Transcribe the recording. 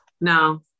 No